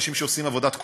אנשים שעושים עבודת קודש,